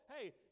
hey